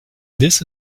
this